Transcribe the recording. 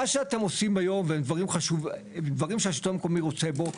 מה שאתם עושים היום ואלה דברים שהשלטון המקומי רוצה בו,